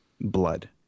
blood